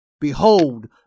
Behold